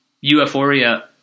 euphoria